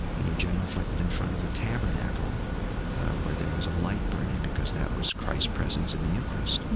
and you genuflected in front of the tabernacle where there was a light burning because that was christ's presence in the eucharist.